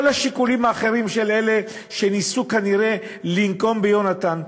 כל השיקולים האחרים של אלה שניסו כנראה לנקום ביונתן,